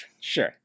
sure